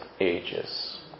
ages